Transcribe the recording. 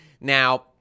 Now